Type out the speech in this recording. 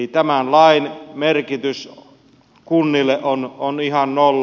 tämä lain merkitys kunnille on ihan nolla